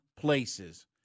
places